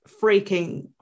freaking